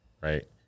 Right